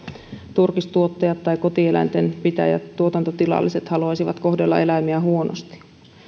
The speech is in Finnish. turkistuottajat tai kotieläinten pitäjät tuotantotilalliset haluaisivat kohdella eläimiä huonosti